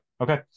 Okay